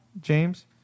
James